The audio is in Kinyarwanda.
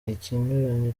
ikinyuranyo